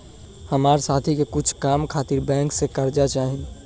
हमार साथी के कुछ काम खातिर बैंक से कर्जा चाही